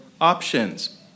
options